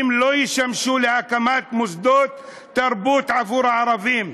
לא ישמשו להקמת מוסדות תרבות עבור הערבים.